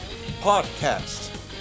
podcast